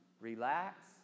Relax